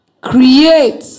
Create